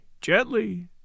gently